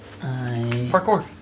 Parkour